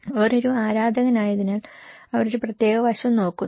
അവർ ഒരു ആരാധകനായതിനാൽ അവർ ഒരു പ്രത്യേക വശം നോക്കുന്നു